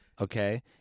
Okay